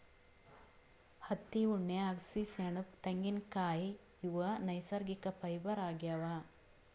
ಹತ್ತಿ ಉಣ್ಣೆ ಅಗಸಿ ಸೆಣಬ್ ತೆಂಗಿನ್ಕಾಯ್ ಇವ್ ನೈಸರ್ಗಿಕ್ ಫೈಬರ್ ಆಗ್ಯಾವ್